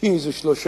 אתי זה שלושה,